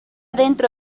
dentro